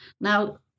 Now